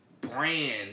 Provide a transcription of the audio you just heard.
brand